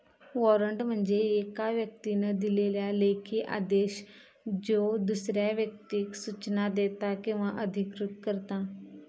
warrant म्हणजे येका व्यक्तीन दिलेलो लेखी आदेश ज्यो दुसऱ्या व्यक्तीक सूचना देता किंवा अधिकृत करता